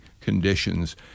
conditions